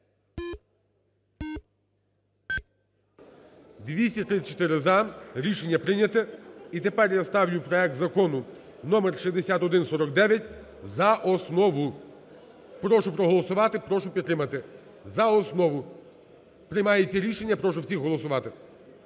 За-234 Рішення прийнято. І тепер я ставлю проект Закону номер 6149 за основу. Прошу проголосувати. Прошу підтримати. За основу. Приймається рішення, прошу всіх голосувати.